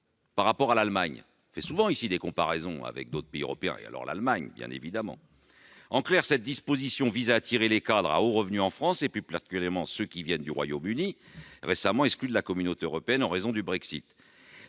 par rapport à l'Allemagne- on fait souvent ici des comparaisons avec d'autres pays européens, et bien évidemment avec l'Allemagne ... En clair, cette disposition vise à attirer en France les cadres à hauts revenus, plus particulièrement ceux qui viennent du Royaume-Uni, récemment exclus de la Communauté européenne en raison du Brexit.